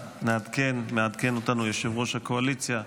מעדכן אותנו יושב-ראש הקואליציה,